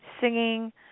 singing